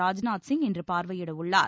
ராஜ்நாத் சிங் இன்று பார்வையிடவுள்ளார்